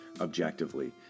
objectively